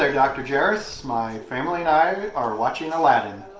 um dr. jeras. my family and i are watching aladdin.